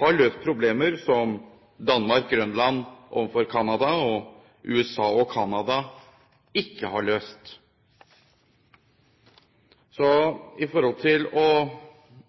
har løst problemer som Danmark/Grønland overfor Canada og USA ikke har løst. Med hensyn til å